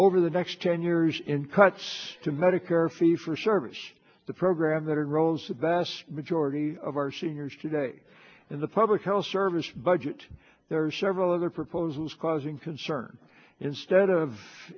over the next ten years in cuts to medicare fee for service the program that arose vast majority of our seniors today in the public health service budget there are several other proposals causing concern instead of